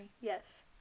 Yes